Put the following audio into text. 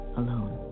alone